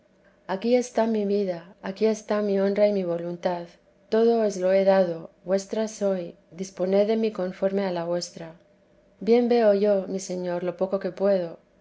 aquí está mi vida aquí está mi honra y mi voluntad todo os lo he dado vuestra soy disponed de mí conforme a la vuestra bien veo yo mi señor lo poco que puedo